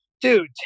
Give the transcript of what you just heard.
dude